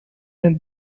the